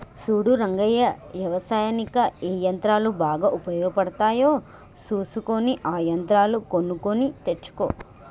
సూడు రంగయ్య యవసాయనిక్ ఏ యంత్రాలు బాగా ఉపయోగపడుతాయో సూసుకొని ఆ యంత్రాలు కొనుక్కొని తెచ్చుకో